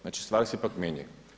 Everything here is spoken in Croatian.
Znači stvari se ipak mijenjaju.